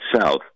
South